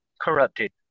corrupted